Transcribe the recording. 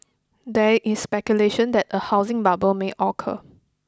there is speculation that a housing bubble may occur